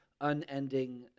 unending